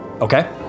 okay